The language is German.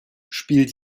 spielt